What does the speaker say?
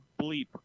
bleep